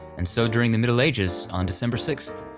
and so during the middle ages, on december sixth,